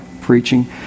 preaching